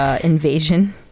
Invasion